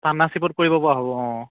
ফাৰ্মাচিবোৰত কৰিবপৰা হ'ব অঁ